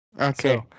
Okay